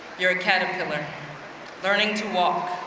you're a caterpillar learning to walk.